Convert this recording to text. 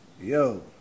Yo